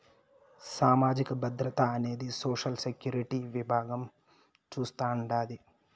సామాజిక భద్రత అనేది సోషల్ సెక్యూరిటీ విభాగం చూస్తాండాది